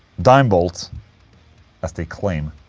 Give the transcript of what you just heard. dimebolt as they claim